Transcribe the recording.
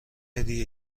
هدیه